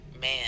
man